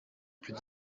plus